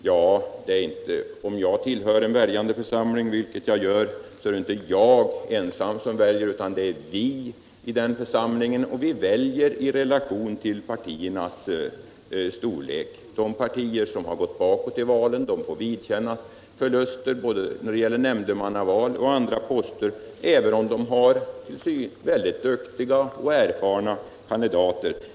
Ja, om jag tillhör en väljande församling, vilket jag gör, så är det inte jag ensam som väljer utan det är vi i den församlingen, och vi väljer i relation till partiernas storlek. De partier som har gått bakåt i valen får vidkännas förluster, både när det gäller nämndemannauppdrag och andra poster, även om de har väldigt duktiga och erfarna kandidater.